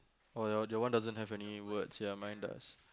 oh your your one doesn't have any words ya mine does